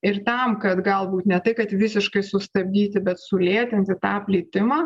ir tam kad galbūt ne tai kad visiškai sustabdyti bet sulėtinti tą plitimą